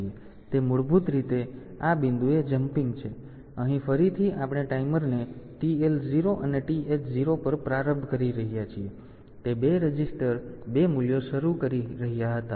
તેથી તે મૂળભૂત રીતે અહીં આ બિંદુએ જમ્પિંગ છે અને અહીં ફરીથી આપણે ટાઈમરને TL0 અને TH0 પર પ્રારંભ કરી રહ્યા છીએ તે 2 રજિસ્ટર 2 મૂલ્યો શરૂ કરી રહ્યા હતા